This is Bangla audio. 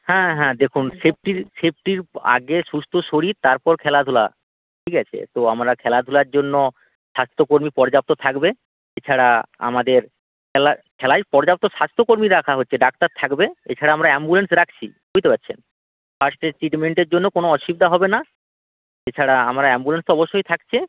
হ্যাঁ হ্যাঁ দেখুন সেফ্টির সেফ্টির আগে সুস্থ শরীর তারপর খেলাধূলা ঠিক আছে তো আমরা খেলাধূলার জন্য স্বাস্থ্যকর্মী পর্যাপ্ত থাকবে এছাড়া আমাদের খেলায় খেলায় পর্যাপ্ত স্বাস্থ্যকর্মী রাখা হচ্ছে ডাক্তার থাকবে এছাড়া আমরা অ্যাম্বুলেন্স রাখছি বুঝতে পারছেন ফার্স্ট এড ট্রিটমেন্টের জন্য কোনোও অসুবিধা হবে না এছাড়া আমরা অ্যাম্বুলেন্স তো অবশ্যই থাকছে